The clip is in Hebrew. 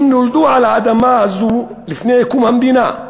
הם נולדו על האדמה הזאת לפני קום המדינה.